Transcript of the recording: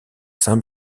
saint